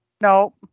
No